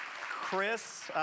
Chris